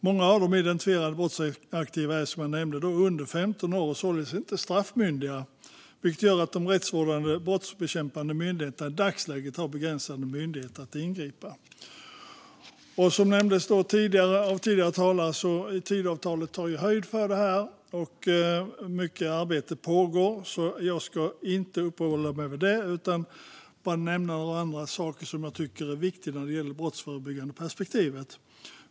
Många av de identifierade brottsaktiva är som sagt under 15 år och således inte straffmyndiga, vilket gör att de rättsvårdande och brottsbekämpande myndigheterna i dagsläget har begränsade möjligheter att ingripa. Som tidigare talare nämnde tar Tidöavtalet höjd för detta, och mycket arbete pågår. Jag ska därför inte uppehålla mig vid det utan nämna en del annat som jag tycker är viktigt i ett brottsförebyggande perspektiv.